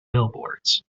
billboards